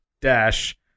dash